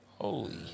Holy